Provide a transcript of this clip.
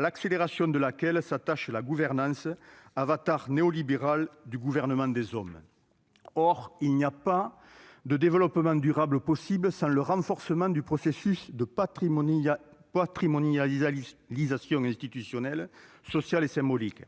l'accélération de laquelle s'attache la gouvernance, avatar néolibéral du gouvernement des hommes. « Or il n'y a pas de développement durable possible sans le renforcement du processus de patrimonialisation institutionnelle, sociale et symbolique.